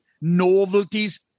novelties